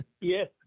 yes